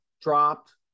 dropped